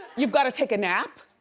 you've got to take a nap,